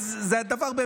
זה באמת הדבר,